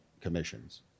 commissions